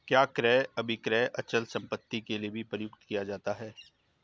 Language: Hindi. क्या क्रय अभिक्रय अचल संपत्ति के लिये भी प्रयुक्त किया जाता है?